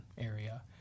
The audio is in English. area